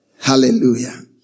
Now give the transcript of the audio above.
Hallelujah